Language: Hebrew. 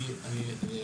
אני אסביר.